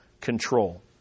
control